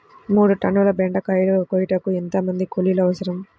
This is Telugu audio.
మూడు టన్నుల బెండకాయలు కోయుటకు ఎంత మంది కూలీలు అవసరం?